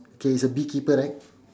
okay is a bee keeper right